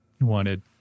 wanted